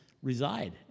reside